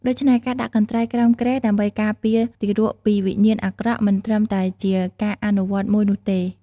ដូច្នេះ ការដាក់កន្ត្រៃក្រោមគ្រែដើម្បីការពារទារកពីវិញ្ញាណអាក្រក់មិនត្រឹមតែជាការអនុវត្តមួយនោះទេ។